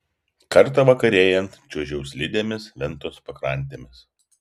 kartą vakarėjant čiuožiau slidėmis ventos pakrantėmis